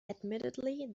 admittedly